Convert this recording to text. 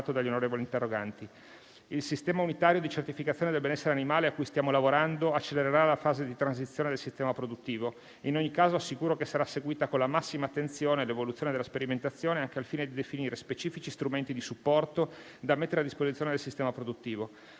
dagli onorevoli interroganti. Il sistema unitario di certificazione del benessere animale a cui stiamo lavorando accelererà la fase di transizione del sistema produttivo. In ogni caso, assicuro che sarà seguita con la massima attenzione l'evoluzione della sperimentazione, anche al fine di definire specifici strumenti di supporto da mettere a disposizione del sistema produttivo.